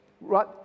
Right